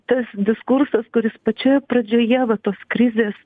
tas diskursas kuris pačioje pradžioje va tos krizės